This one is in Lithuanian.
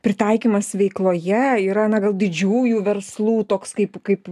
pritaikymas veikloje yra na gal didžiųjų verslų toks kaip kaip